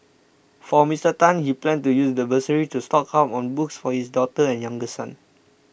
for Mister Tan he plans to use the bursary to stock up on books for his daughter and younger son